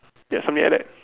yes something like that